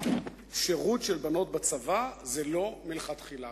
"שירות של בנות בצבא זה לא מלכתחילה".